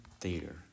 theater